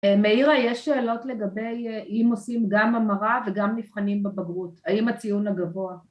מאירה, יש שאלות לגבי אם עושים גם המרה וגם נבחנים בבגרות, האם הציון הגבוה...